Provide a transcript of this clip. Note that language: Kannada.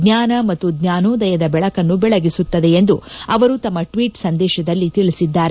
ಜ್ವಾನ ಮತ್ತು ಜ್ವಾನೋದಯದ ಬೆಳಕನ್ನು ಬೆಳಗಿಸುತ್ತದೆ ಎಂದು ಅವರು ತಮ್ಮ ಟ್ವೀಟ್ಸ್ ಸಂದೇತದಲ್ಲಿ ತಿಳಿಸಿದ್ದಾರೆ